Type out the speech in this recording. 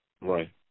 Right